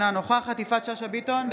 אינה נוכחת יפעת שאשא ביטון,